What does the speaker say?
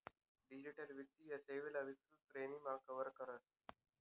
digital वित्तीय सेवांले विस्तृत श्रेणीमा कव्हर करस